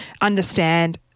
understand